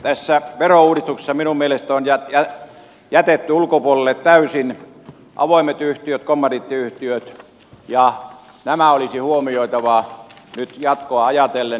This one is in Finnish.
tässä verouudistuksessa minun mielestäni on jätetty ulkopuolelle täysin avoimet yhtiöt kommandiittiyhtiöt ja nämä olisi huomioitava nyt jatkoa ajatellen